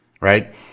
Right